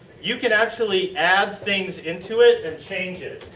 you can actually add things into it and change it.